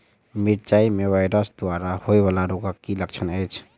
मिरचाई मे वायरस द्वारा होइ वला रोगक की लक्षण अछि?